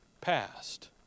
passed